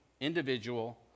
individual